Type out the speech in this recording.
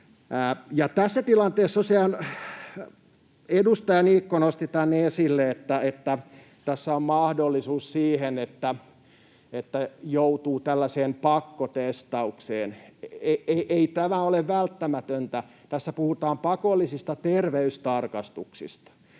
Tosiaan edustaja Niikko nosti esille, että tässä tilanteessa on mahdollisuus siihen, että joutuu tällaiseen pakkotestaukseen. Ei tämä ole välttämätöntä. Tässä puhutaan pakollisista terveystarkastuksista,